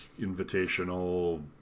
Invitational